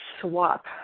swap